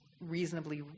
reasonably